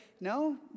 No